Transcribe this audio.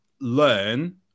learn